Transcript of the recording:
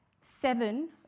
Seven